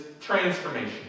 transformation